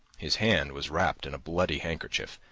his hand was wrapped in a bloody handkerchief,